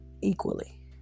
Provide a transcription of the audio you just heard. equally